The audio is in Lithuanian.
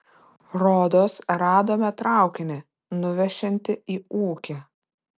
rodos radome traukinį nuvešiantį į ūkį